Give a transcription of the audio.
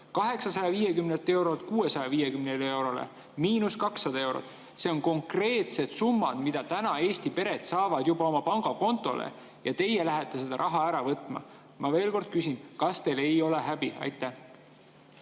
850 eurolt 650 eurole, miinus 200 eurot. Need on konkreetsed summad, mida täna Eesti pered saavad juba oma pangakontole, ja teie lähete seda raha ära võtma. Ma veel kord küsin, kas teil häbi ei ole. Aitäh,